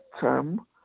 term